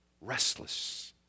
restless